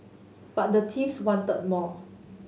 but the thieves wanted more